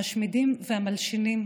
המשמידים והמלשינים